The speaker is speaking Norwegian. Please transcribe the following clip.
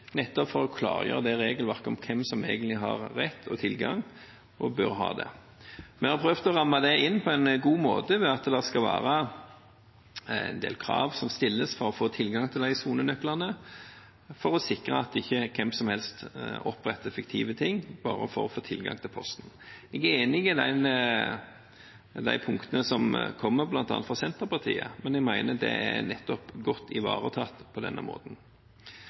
nettopp for å klargjøre regelverket når det gjelder hvem som egentlig har rett og tilgang, og bør ha det. Vi har prøvd å ramme det inn på en god måte ved at det skal være en del krav som stilles for å få tilgang til sonenøklene, for å sikre at ikke hvem som helst oppretter fiktive ting bare for å få tilgang til posten. Jeg er enig i de punktene som kommer bl.a. fra Senterpartiet, men jeg mener det er godt ivaretatt nettopp på denne måten.